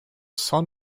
son